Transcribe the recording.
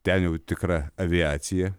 ten jau tikra aviacija